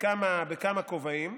בכמה כובעים,